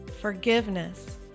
Forgiveness